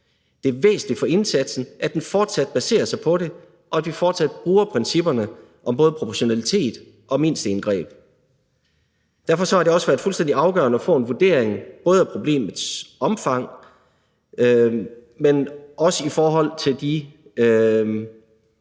Det er væsentligt for indsatsen, at den fortsat baserer sig på det, og at vi fortsat bruger principperne om både proportionalitet og mindsteindgreb. Derfor har det også været fuldstændig afgørende at få en vurdering både af problemets omfang, men også af de